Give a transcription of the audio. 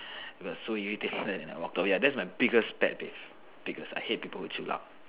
it was so irritating that I walked away that's my biggest pet peeve biggest I hate people who chew loud